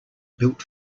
built